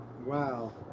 wow